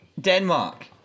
Denmark